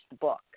book